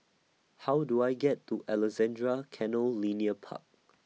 How Do I get to Alexandra Canal Linear Park